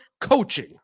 coaching